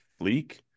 fleek